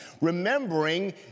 remembering